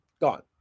gone